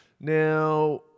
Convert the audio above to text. Now